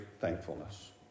thankfulness